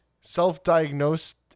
self-diagnosed